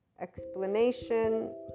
explanation